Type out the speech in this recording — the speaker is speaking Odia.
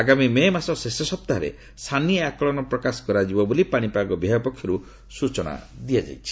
ଆଗାମୀ ମେ' ମାସ ଶେଷ ସପ୍ତାହରେ ସାନି ଆକଳନ ପ୍ରକାଶ କରାଯିବ ବୋଲି ପାଣିପାଗ ବିଭାଗ ପକ୍ଷରୁ ସ୍ଟଚନା ଦିଆଯାଇଛି